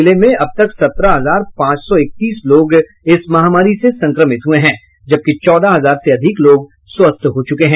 जिले में अब तक सत्रह हजार पांच सौ इकतीस लोग इस महामारी से संक्रमित हुए हैं जबकि चौदह हजार से अधिक लोग स्वस्थ हो चुके हैं